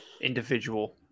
individual